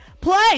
play